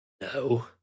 No